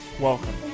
Welcome